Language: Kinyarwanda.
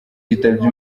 yitabye